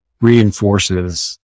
reinforces